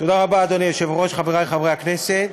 תודה רבה, אדוני היושב-ראש, חברי חברי הכנסת,